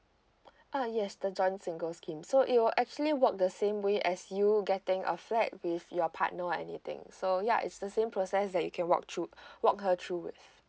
uh yes the joint single scheme so it will actually work the same way as you getting a flat with your partner or anything so ya it's the same process that you can walk through walk her through with